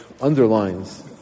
underlines